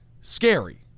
scary